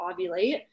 ovulate